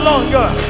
longer